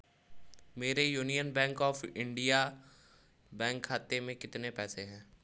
मेरे Union Bank of India bank खाते में कितने पैसे हैं